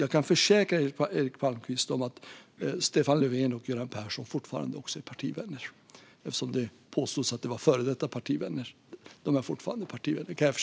Jag kan försäkra honom att Stefan Löfven och Göran Persson fortfarande är partivänner, eftersom det påstods att de var före detta partivänner.